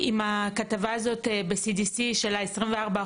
זה אולי להוסיף את זה למסגרת השב"ן ושהקופות יפרסמו את זה לציבור.